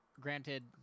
granted